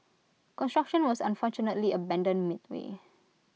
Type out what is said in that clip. construction was unfortunately abandoned midway